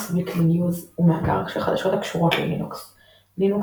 Linux Weekly News הוא מאגר של חדשות הקשורות ללינוקס; Linux